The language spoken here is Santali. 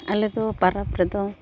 ᱟᱞᱮ ᱫᱚ ᱯᱚᱨᱚᱵᱽ ᱨᱮᱫᱚ